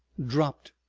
dropped,